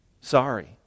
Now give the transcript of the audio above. Sorry